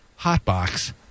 Hotbox